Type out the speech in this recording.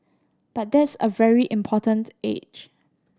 but that's a very important age